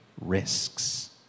risks